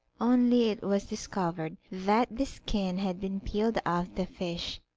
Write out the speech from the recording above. only it was discovered that the skin had been peeled off the fish,